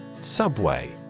Subway